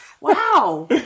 Wow